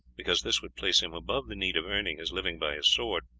because this would place him above the need of earning his living by his sword,